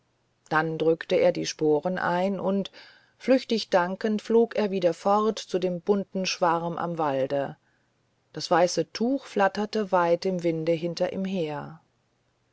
dann drückte er die sporen ein und flüchtig dankend flog er wieder fort zu dem bunten schwarm am walde das weiße tuch flatterte weit im winde hinter ihm her